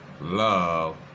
love